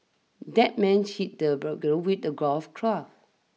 that man hit the burglar with a golf club